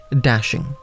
dashing